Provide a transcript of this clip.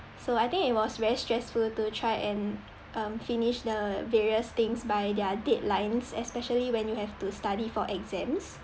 so I think it was very stressful to try and um finish the various things by their deadlines especially when you have to study for exams